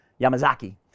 Yamazaki